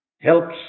Helps